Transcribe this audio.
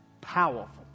powerful